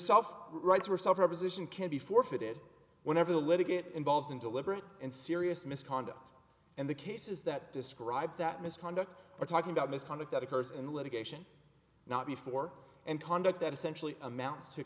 self rights were sought her position can be forfeited whenever the letter get involved in deliberate and serious misconduct and the cases that describe that misconduct are talking about misconduct that occurs in litigation not before and conduct that essentially amounts to